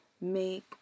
make